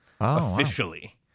officially